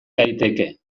daiteke